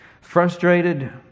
frustrated